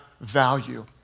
value